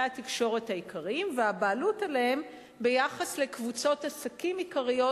התקשורת העיקריים והבעלות עליהם ביחס לקבוצות עסקים עיקריות,